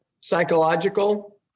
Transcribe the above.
psychological